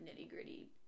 nitty-gritty